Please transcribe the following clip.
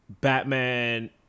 Batman